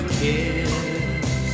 kiss